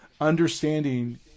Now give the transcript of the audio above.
understanding